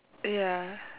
ya